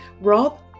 Rob